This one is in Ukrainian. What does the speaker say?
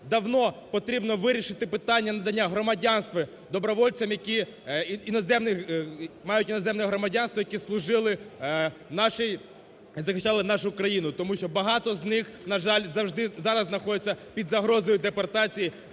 давно потрібно вирішити питання надання громадянства добровольцям, які мають іноземне громадянство, які служили в нашій і захищали нашу країну. Тому що багато з них, на жаль, зараз знаходяться під загрозою депортації